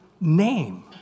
name